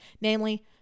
namely